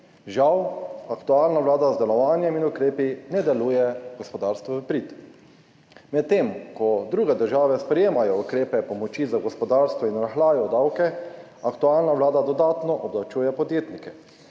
Žal aktualna vlada z delovanjem in ukrepi ne deluje gospodarstvu v prid. Medtem ko druge države sprejemajo ukrepe pomoči za gospodarstvo in rahljajo davke, aktualna vlada dodatno obdavčuje podjetnike.